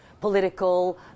political